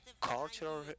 Cultural